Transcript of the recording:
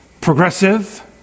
progressive